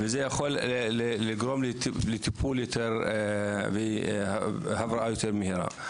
זה יכול לגרום לטיפול והבראה יותר מהירה.